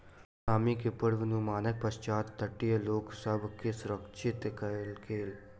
tsunami के पुर्वनुमानक पश्चात तटीय लोक सभ के सुरक्षित कयल गेल